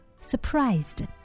Surprised